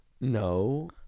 No